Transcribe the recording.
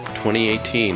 2018